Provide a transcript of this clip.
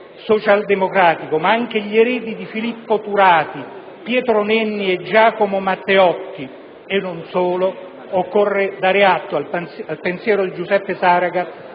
socialdemocratico, ma anche gli eredi di Filippo Turati, Pietro Nenni e Giacomo Matteotti (e non solo), occorre dare atto al pensiero di Giuseppe Saragat